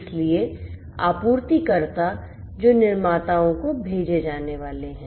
इसलिए आपूर्तिकर्ता जो निर्माताओं को भेजे जाने वाले हैं